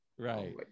Right